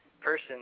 person